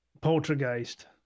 poltergeist